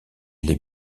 les